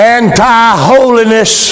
anti-holiness